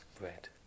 bread